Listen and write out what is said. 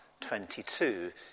22